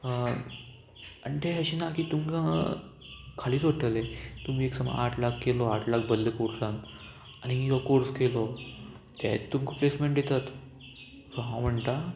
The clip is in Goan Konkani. आनी ते अशें ना की तुमकां खालीच ओडटले तुमी एक समज आट लाख केलो आट लाक बरले कोर्सान आनी हो कोर्स केलो ते तुमकां प्लेसमेंट दितात सो हांव म्हणटां